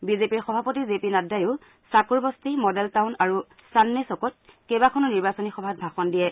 বিজেপিৰ সভাপতি জেপি নাড্ডাইও চাকুৰবস্তি মডেল টাউন আৰু চান্দনি চ'কত কেইবাখনো নিৰ্বাচনী সভাত ভাষণ দিয়ে